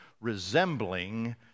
resembling